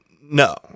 No